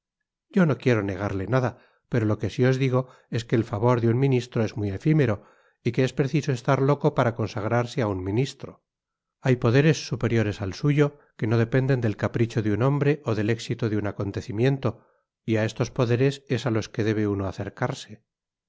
yo no quiero negarle nada pero lo que si os digo es que el favor de un ministro es muy efimero y que es preciso estar loco para consagrarse á un ministro hay poderes superiores al suyo que no dependen del capricho de un hombre ó del éxito de un acontecimiento y á estos poderes es á los que debe uno acercarse